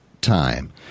time